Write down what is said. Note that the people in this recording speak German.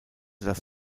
das